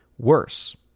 Worse